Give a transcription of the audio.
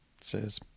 says